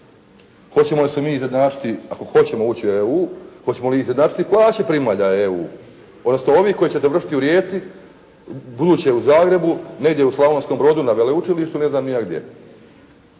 Hoćemo se mi izjednačiti, ako hoćemo ući u EU, hoćemo li izjednačiti plaće primalja EU, odnosno onih koji će završiti u Rijeci, buduće u Zagrebu negdje u Slavonskom brodu na veleučilištu ne znam ni ja gdje.